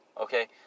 okay